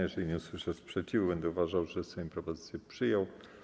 Jeżeli nie usłyszę sprzeciwu, będę uważał, że Sejm propozycję przyjął.